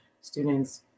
students